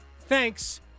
Thanks